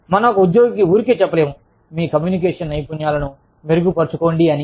మనం ఒక ఉద్యోగికి ఊరికేచెప్పలేము మీ కమ్యూనికేషన్ నైపుణ్యాలను మెరుగుపరచండి అని